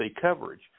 coverage